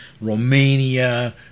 Romania